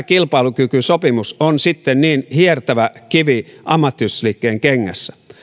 kilpailukykysopimus on sitten niin hiertävä kivi ammattiyhdistysliikkeen kengässä